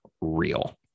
real